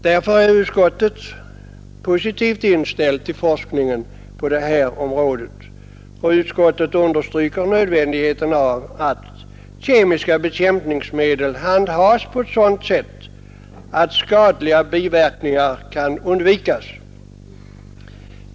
Därför är utskottet positivt inställt till forskningen på detta område, och utskottet understryker nödvändigheten av att kemiska bekämpningsmedel handhas på ett sådant sätt att skadliga biverkningar kan undvikas.